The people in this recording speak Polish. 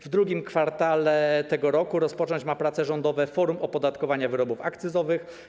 W II kwartale tego roku ma rozpocząć prace rządowe Forum Opodatkowania Wyrobów Akcyzowych.